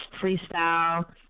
freestyle